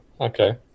Okay